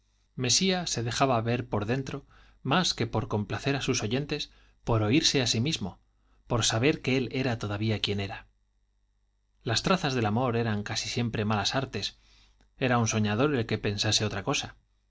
mesía se dejaba ver por dentro más que por complacer a sus oyentes por oírse a sí mismo por saber que él era todavía quien era las trazas del amor eran casi siempre malas artes era un soñador el que pensase otra cosa